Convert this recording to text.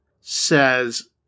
says